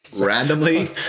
randomly